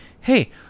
hey